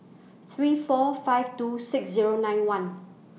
three four five two six Zero nine one